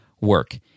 work